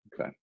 Okay